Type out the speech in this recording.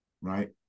Right